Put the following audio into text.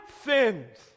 sins